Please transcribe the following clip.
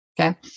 okay